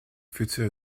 futur